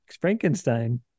Frankenstein